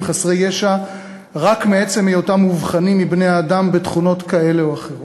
חסרי ישע רק מעצם היותם מובחנים מבני-אדם בתכונות כאלה או אחרות.